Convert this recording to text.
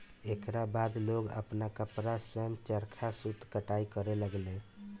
एकरा बाद लोग आपन कपड़ा स्वयं चरखा सूत कताई करे लगले